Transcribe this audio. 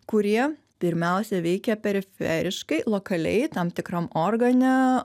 kurie pirmiausia veikia periferiškai lokaliai tam tikram organe